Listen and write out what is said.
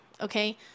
okay